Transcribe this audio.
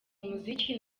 umuziki